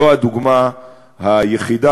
לא הדוגמה היחידה,